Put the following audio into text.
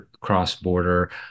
cross-border